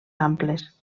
amples